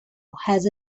has